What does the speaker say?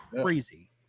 crazy